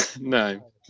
no